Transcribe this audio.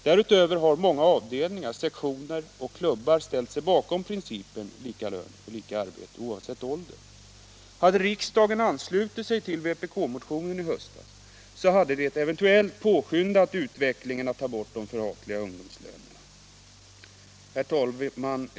Därutöver har många avdelningar, sektioner och klubbar ställt sig bakom principen lika lön för lika arbete oavsett ålder. Hade riksdagen anslutit sig till vpk-motionen i höstas hade det eventuellt påskyndat utvecklingen när det gäller att ta bort de förhatliga ungdomslönerna. Herr talman!